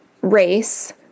race